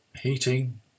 heating